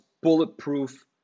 bulletproof